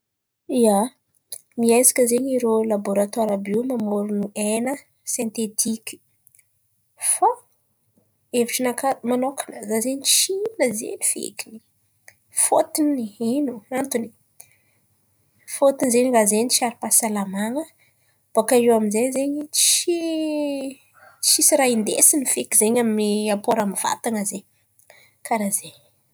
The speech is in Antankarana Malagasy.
ia, miezaka zen̈y irô laboratoara àby io mamôrono hena sintetiky fa hevitry naka manôkan̈a, zah zen̈y tsy hihina zen̈y fekiny. Fôtiny ino anton̈y? Fôtiny raha zen̈y tsy ara-pahasalaman̈a boakà eo amin'jay zen̈y tsy tsisy raha indesin̈y feky zay amy ny apôro amy ny vatan̈a zen̈y, karà zen̈y.